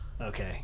Okay